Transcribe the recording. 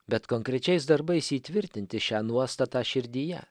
bet konkrečiais darbais įtvirtinti šią nuostatą širdyje